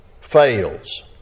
fails